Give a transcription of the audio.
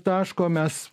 taško mes